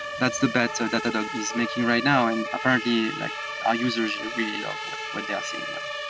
that's the bet so datadog is making right now, and apparently like our users really love what what they are seeing now.